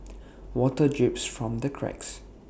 water drips from the cracks